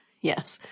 Yes